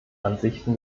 ansichten